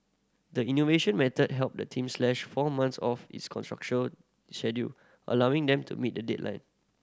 the innovation method helped the team slash four months off its constructure schedule allowing them to meet the deadline